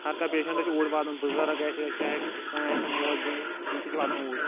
ہَر کانٛہہ پیشَنٹَس چھِ اوٗرۍ واتناوان بُزَرٕگ آسہِ چاہے کانٛہہ آسہِ یا موج بیٚنہِ آسہِ تِم تہِ چھِ واتان اوٗرۍ